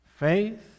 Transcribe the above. Faith